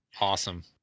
awesome